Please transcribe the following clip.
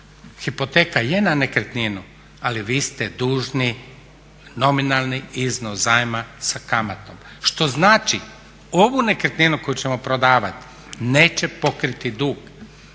Hipoteka je na nekretninu ali vi ste dužni nominalni iznos zajma sa kamatom. Što znači ovu nekretninu koju ćemo prodavati neće pokriti dug.